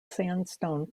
sandstone